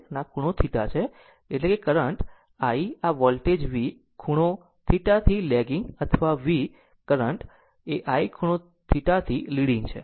અને આ ખૂણો θ છે એટલે કે કરંટ I આ વોલ્ટેજ V ખૂણો θ થી લેગીગ અથવા V કરંટ I ખૂણો θ થી લીડીગ છે